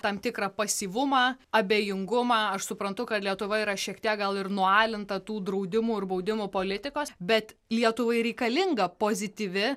tam tikrą pasyvumą abejingumą aš suprantu kad lietuva yra šiek tiek gal ir nualinta tų draudimų ir baudimų politikos bet lietuvai reikalinga pozityvi